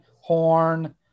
Horn